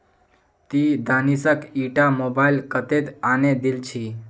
ती दानिशक ईटा मोबाइल कत्तेत आने दिल छि